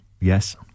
Yes